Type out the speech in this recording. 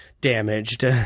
damaged